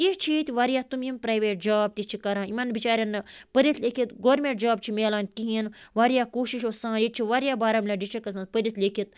کیٚنٛہہ چھِ واریاہ تِم یِم پرٛایویٹ جاب تہِ چھِ کَران یِمَن بِچارٮ۪ن نہٕ پٔرِتھ لیٚکھِتھ گورمٮ۪نٛٹ جاب چھِ میلان کِہیٖنۍ واریاہ کوٗشِش اوس ییٚتہِ چھِ واریاہ بارہمولہ ڈِسٹِرٛکَس منٛز پٔرِتھ لیٚکھِتھ